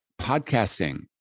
podcasting